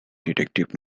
detective